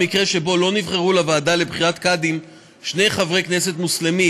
במקרה שבו לא נבחרו לוועדה לבחירת קאדים שני חברי כנסת מוסלמים,